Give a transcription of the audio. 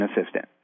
Assistant